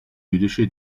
jüdische